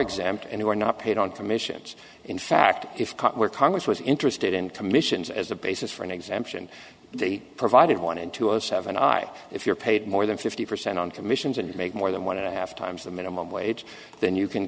exempt and who are not paid on commission which in fact if caught where congress was interested in commissions as a basis for an exemption they provided one in two zero seven i if you're paid more than fifty percent on commissions and make more than one and a half times the minimum wage then you can